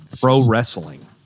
pro-wrestling